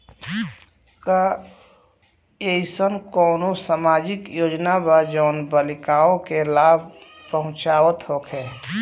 का एइसन कौनो सामाजिक योजना बा जउन बालिकाओं के लाभ पहुँचावत होखे?